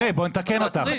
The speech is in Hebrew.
תעצרי, בואי נתקן אותך.